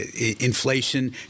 inflation